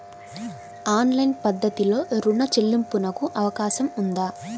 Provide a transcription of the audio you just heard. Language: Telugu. ఆన్లైన్ పద్ధతిలో రుణ చెల్లింపునకు అవకాశం ఉందా?